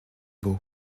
beaux